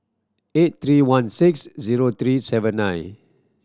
eight three one six zero three seven nine